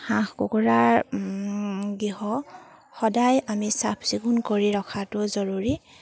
হাঁহ কুকুৰাৰ গৃহ সদায় আমি চাফ চিকুণ কৰি ৰখাটো জৰুৰী